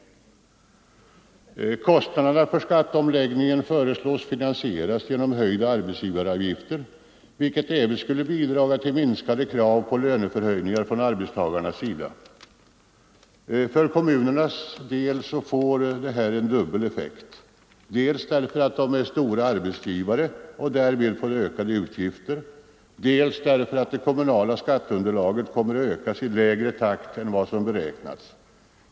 Kostnaderna för skatteomläggningen föreslås finansieras genom höjda arbetsgivaravgifter, vilket även skulle bidraga till minskade krav på löneförhöjningar från arbetstagarnas sida. För kommunernas del får detta en dubbel effekt, dels därför att de är stora arbetsgivare och därmed får ökade utgifter, dels därför att det kommunala skatteunderlaget kommer att öka i lägre takt än vad som beräknats.